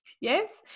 Yes